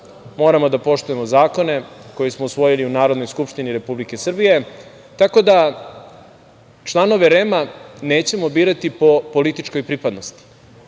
Moramo da poštujemo zakone koje smo usvojili u Narodnoj skupštini Republike Srbije, tako da članove REM-a nećemo birati po političkoj pripadnosti